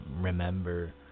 remember